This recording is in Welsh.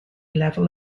lefel